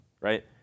right